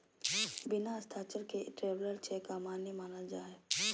बिना हस्ताक्षर के ट्रैवलर चेक अमान्य मानल जा हय